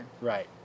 Right